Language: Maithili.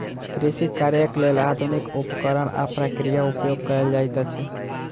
कृषि कार्यक लेल आधुनिक उपकरण आ प्रक्रिया उपयोग कयल जाइत अछि